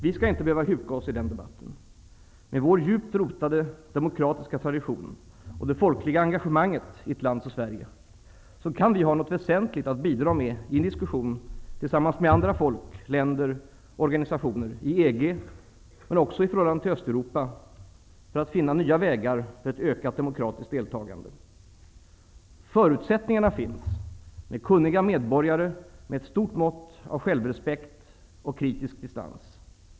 Vi skall inte behöva huka oss i den debatten. Med vår djupt rotade demokratiska tradition och det folkliga engagemanget i ett land som Sverige, kan vi ha något väsentligt att bidra med i en diskussion tillsammans med andra folk, länder och organisationer, i EG men också i förhållande till Östeuropa, för att finna nya vägar för ett ökat demokratiskt deltagande. Förutsättningarna finns, med kunniga medborgare med ett stort mått av självrespekt och kritisk distans.